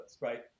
right